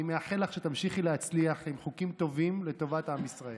אני מאחל לך שתמשיכי להצליח עם חוקים טובים לטובת עם ישראל.